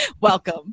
Welcome